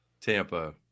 Tampa